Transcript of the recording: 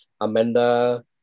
Amanda